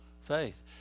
faith